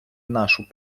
нашу